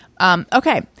Okay